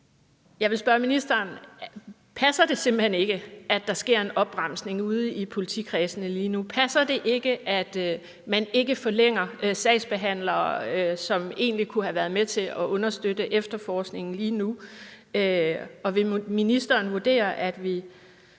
Jeg vil spørge ministeren: Passer det simpelt hen ikke, at der sker en opbremsning ude i politikredsene lige nu? Passer det ikke, at man ikke forlænger sagsbehandleres ansættelser, som egentlig kunne have været med til at understøtte efterforskningen lige nu? Vil ministeren vurdere, at vi